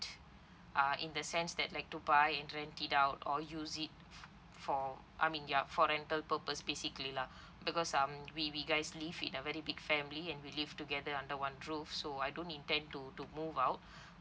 uh in the sense that like to buy and rent it out or use it for I mean ya for rental purpose basically lah because um we we guys live in a very big family and we live together under one roof so I don't intend to to move out